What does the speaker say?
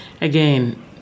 again